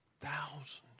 thousands